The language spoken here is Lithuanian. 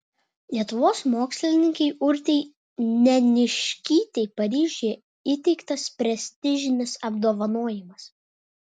lietuvos mokslininkei urtei neniškytei paryžiuje įteiktas prestižinis apdovanojimas